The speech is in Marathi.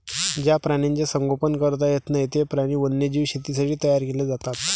ज्या प्राण्यांचे संगोपन करता येत नाही, ते प्राणी वन्यजीव शेतीसाठी तयार केले जातात